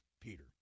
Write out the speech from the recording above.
Peter